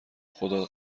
خدا